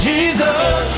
Jesus